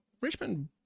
Richmond